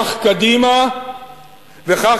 כך קדימה וכך,